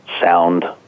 sound